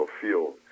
Field